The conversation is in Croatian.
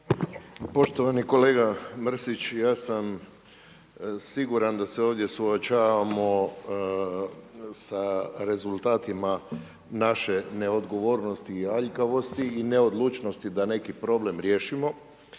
Poštovani kolega Mrsić, ja sam siguran da se ovdje suočavamo sa rezultatima naše neodgovornosti i aljkavosti i neodlučnosti da neki problem riješimo